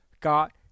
got